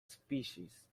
species